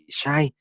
sai